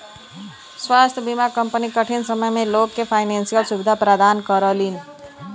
स्वास्थ्य बीमा कंपनी कठिन समय में लोग के फाइनेंशियल सुविधा प्रदान करलीन